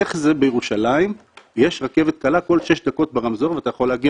איך זה בירושלים יש רכבת קלה כל שש דקות ברמזור ואתה יכול להגיע